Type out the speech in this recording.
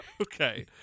Okay